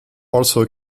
also